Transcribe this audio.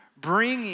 bringing